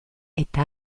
eta